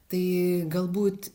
tai galbūt